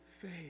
faith